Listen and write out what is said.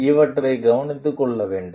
எனவே இவற்றை கவனித்துக் கொள்ள வேண்டும்